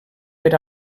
per